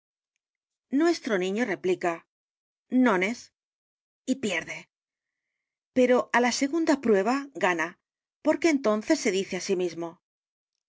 nuestro niño r e plica nones y p i e r d e pero á la segunda p r u e b a gana porque entonces se dice á sí mismo